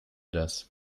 das